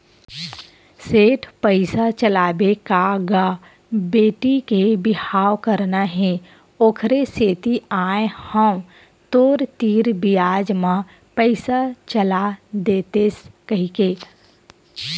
सेठ पइसा चलाबे का गा बेटी के बिहाव करना हे ओखरे सेती आय हंव तोर तीर बियाज म पइसा चला देतेस कहिके